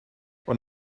ond